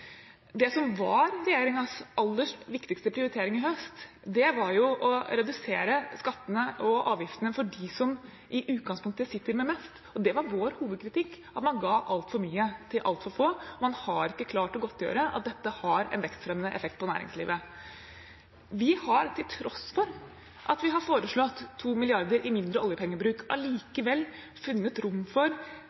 i høst var å redusere skattene og avgiftene for dem som i utgangspunktet sitter med mest. Vår hovedkritikk var at man ga altfor mye til altfor få. Man har ikke klart å godtgjøre at dette har en vekstfremmende effekt på næringslivet. Til tross for at vi har foreslått 2 mrd. kr mindre i oljepengebruk, har vi allikevel funnet rom for